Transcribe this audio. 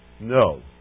No